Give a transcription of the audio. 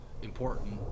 important